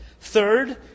Third